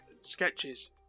sketches